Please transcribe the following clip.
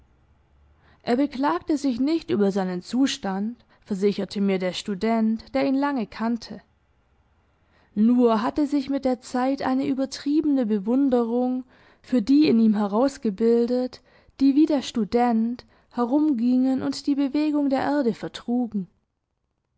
er beklagte sich nicht über seinen zustand versicherte mir der student der ihn lange kannte nur hatte sich mit der zeit eine übertriebene bewunderung für die in ihm herausgebildet die wie der student herumgingen und die bewegung der erde vertrugen